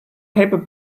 paper